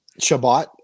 Shabbat